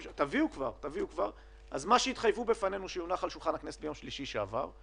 מה שהתחייבו בפנינו שיונח על שולחן הכנסת בשבוע שעבר,